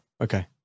Okay